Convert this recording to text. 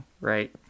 right